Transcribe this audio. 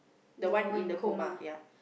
the one in the coma ya